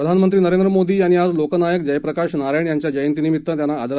प्रधानमंत्री नरेंद्र मोदी यांनी आज लोकनायक जयप्रकाश नारायण यांच्या जयंतीनिमित्त त्यांना आदरांजली वाहिली आहे